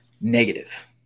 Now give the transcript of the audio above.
negative